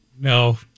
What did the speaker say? No